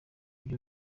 byo